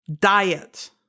Diet